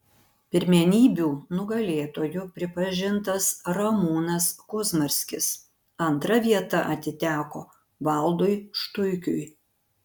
pirmenybių nugalėtoju pripažintas ramūnas kuzmarskis antra vieta atiteko valdui štuikiui